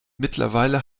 mittlerweile